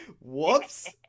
Whoops